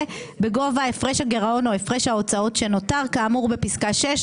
בגובה הפרש הגירעון או הפרש ההוצאות שנותר כאמור בפסקה (6),